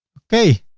okay.